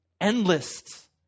endless